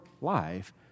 life